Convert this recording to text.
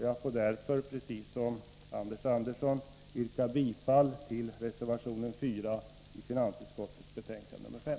Jag får därför, precis som Anders Andersson, yrka bifall till reservation 4 i finansutskottets betänkande 5.